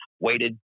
waited